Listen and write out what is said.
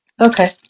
Okay